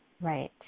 Right